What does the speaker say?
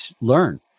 learn